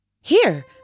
Here